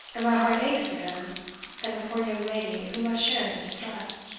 and my heart aches for him and the poor young lady who must share his distress.